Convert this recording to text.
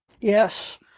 Yes